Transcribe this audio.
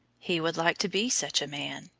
he would like to be such a man,